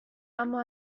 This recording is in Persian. اما